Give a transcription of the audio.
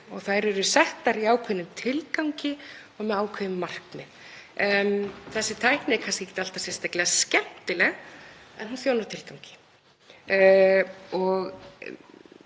og þær eru settar í ákveðnum tilgangi og með ákveðin markmið. Þessi tækni er kannski ekkert alltaf sérstaklega skemmtileg en hún þjónar tilgangi.